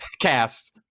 cast